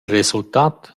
resultat